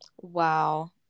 Wow